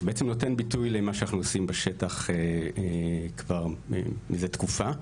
שבעצם נותן ביטוי למה שאנחנו עושים בשטח מזה תקופה.